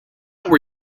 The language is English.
where